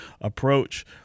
approach